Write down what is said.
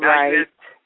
Right